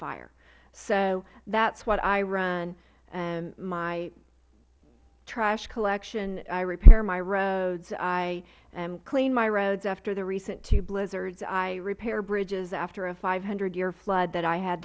fire so that is what i run my trash collection i repair my roads i clean my roads after the recent two blizzards i repair bridges after a five hundred year flood